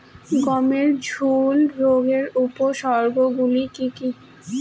গমের ঝুল রোগের উপসর্গগুলি কী কী?